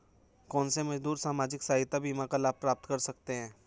कौनसे मजदूर सामाजिक सहायता बीमा का लाभ प्राप्त कर सकते हैं?